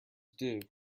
due